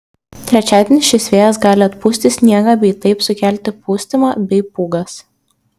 trečiadienį šis vėjas gali atpūsti sniegą bei taip sukelti pustymą bei pūgas